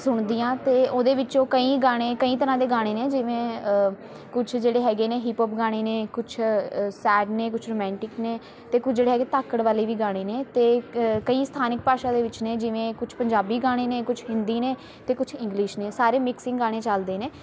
ਸੁਣਦੀ ਹਾਂ ਅਤੇ ਉਹਦੇ ਵਿੱਚੋਂ ਕਈ ਗਾਣੇ ਕਈ ਤਰ੍ਹਾਂ ਦੇ ਗਾਣੇ ਨੇ ਜਿਵੇਂ ਕੁਛ ਜਿਹੜੇ ਹੈਗੇ ਨੇ ਹਿਪ ਹੋਪ ਗਾਣੇ ਨੇ ਕੁਛ ਅ ਸੈਡ ਨੇ ਕੁਛ ਰੋਮੈਂਟਿਕ ਨੇ ਅਤੇ ਕੁਝ ਜਿਹੜੇ ਹੈਗੇ ਧਾਕੜ ਵਾਲੇ ਵੀ ਗਾਣੇ ਨੇ ਅਤੇ ਅ ਕਈ ਸਥਾਨਕ ਭਾਸ਼ਾ ਦੇ ਵਿੱਚ ਨੇ ਜਿਵੇਂ ਕੁਛ ਪੰਜਾਬੀ ਗਾਣੇ ਨੇ ਕੁਛ ਹਿੰਦੀ ਨੇ ਅਤੇ ਕੁਛ ਇੰਗਲਿਸ਼ ਨੇ ਸਾਰੇ ਮਿਕਸਿੰਗ ਗਾਣੇ ਚੱਲਦੇ ਨੇ